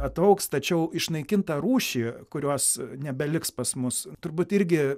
ataugs tačiau išnaikintą rūšį kurios nebeliks pas mus turbūt irgi